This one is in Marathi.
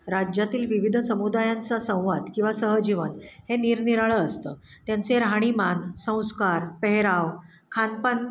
राज्यातील विविध समुदायांचा संवाद किंवा सहजीवन हे निरनिराळं असतं त्यांचे राहणीमान संस्कार पेहराव खानपान